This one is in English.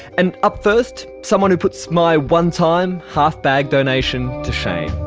and up first, someone who puts my one-time half-bag donation to shame